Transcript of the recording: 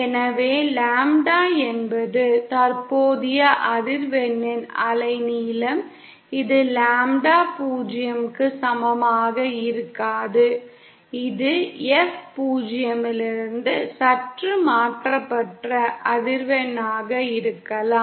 எனவே லாம்ப்டா என்பது தற்போதைய அதிர்வெண்ணின் அலை நீளம் இது லாம்ப்டா 0 க்கு சமமாக இருக்காது இது F 0 இலிருந்து சற்று மாற்றப்பட்ட அதிர்வெண்ணாக இருக்கலாம்